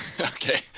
Okay